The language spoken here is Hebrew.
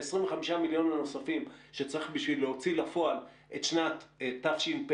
ה-25 מיליון שקלים הנוספים שצריך בשביל להוציא לפועל את שנת תשפ"א,